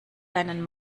deinen